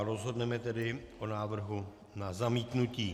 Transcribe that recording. Rozhodneme tedy o návrhu na zamítnutí.